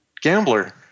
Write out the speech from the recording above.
gambler